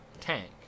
tank